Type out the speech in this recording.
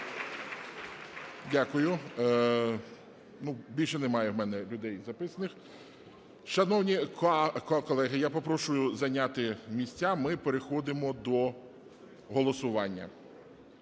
Дякую. Більше немає в мене людей записаних. Шановні колеги, я попрошу зайняти місця, ми переходимо до голосування.